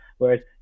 Whereas